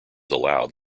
allowed